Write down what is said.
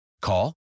Call